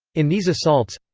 in these assaults.